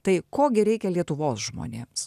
tai ko gi reikia lietuvos žmonėms